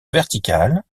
vertical